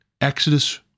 Exodus